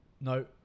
no